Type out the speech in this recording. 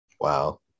Wow